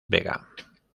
vega